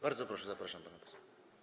Bardzo proszę, zapraszam pana posła.